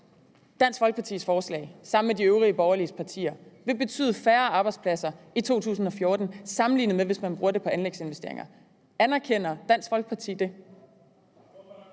Dansk Folkepartis og de øvrige borgerlige partiers forslag vil betyde færre arbejdspladser i 2014, sammenlignet med at man bruger pengene på anlægsinvesteringer. Anerkender Dansk Folkeparti det?